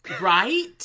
Right